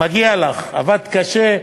מגיע לך, עבדת קשה.